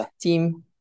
team